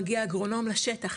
מגיע אגרונום לשטח,